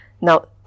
Now